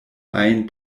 ajn